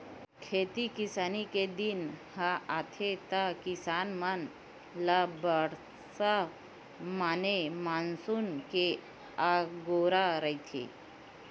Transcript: खेती किसानी के दिन ह आथे त किसान मन ल बरसा माने मानसून के अगोरा रहिथे